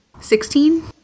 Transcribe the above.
Sixteen